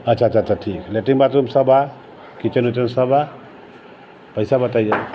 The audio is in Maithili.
अच्छा अच्छा अच्छा ठीक लैट्रिन बाथरूम सब है किचन उचन सब है पैसा बतेऔ